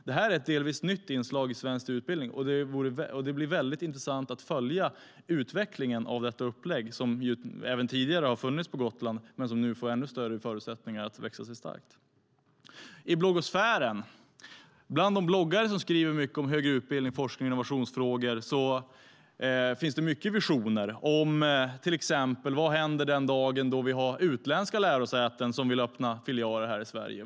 Det här är ett delvis nytt inslag i svensk utbildning, och det blir väldigt intressant att följa utvecklingen av detta upplägg, som redan tidigare har funnits på Gotland men nu får ännu bättre förutsättningar att växa sig starkt. I bloggosfären, bland de bloggare som skriver mycket om högre utbildning, forskning och innovationsfrågor, finns det mycket visioner, till exempel om vad som händer den dagen utländska lärosäten vill öppna filialer här i Sverige.